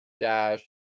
dash